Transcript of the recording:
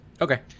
Okay